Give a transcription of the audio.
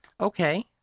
Okay